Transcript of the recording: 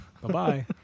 Bye-bye